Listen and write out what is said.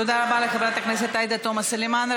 תודה רבה לחברת הכנסת עאידה תומא סלימאן.